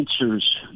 answers